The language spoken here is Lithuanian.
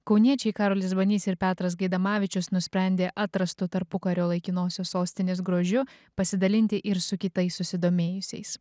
kauniečiai karolis banys ir petras gaidamavičius nusprendė atrastu tarpukario laikinosios sostinės grožiu pasidalinti ir su kitais susidomėjusiais